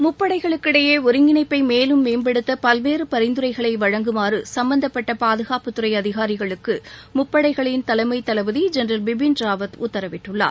முப்படைகளுக்கிடையே ஒருங்கிணைப்பை மேலும் மேம்படுத்த பல்வேறு பரிந்துரைகளை வழங்குமாறு சும்பந்தப்பட்ட பாதுகாப்புத்துறை அதிகாரிகளுக்கு முப்படைகளின் தலைமைத் தளபதி ஜென்ரல் பிபின் ராவத் உத்தரவிட்டுள்ளார்